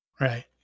Right